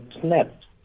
snapped